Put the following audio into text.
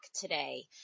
today